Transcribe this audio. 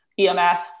EMFs